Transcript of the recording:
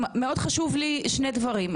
חשוב לי מאוד שני דברים.